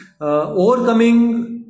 overcoming